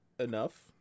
enough